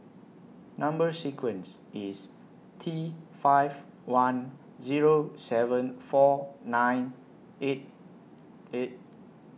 Number sequence IS T five one Zero seven four nine eight eight